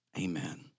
Amen